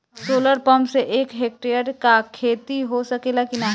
Solar pump से एक hectare क खेती हो सकेला की नाहीं?